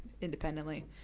independently